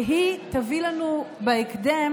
והיא תביא לנו בהקדם,